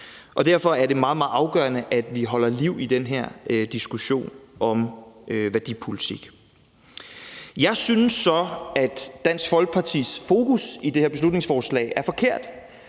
Derfor er det meget, meget afgørende, at vi holder liv i den her diskussion om værdipolitik. Jeg synes så, at Dansk Folkepartis fokus i det her beslutningsforslag er forkert.